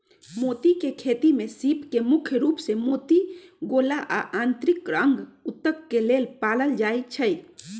मोती के खेती में सीप के मुख्य रूप से मोती गोला आ आन्तरिक अंग उत्तक के लेल पालल जाई छई